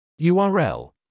URL